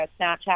Snapchat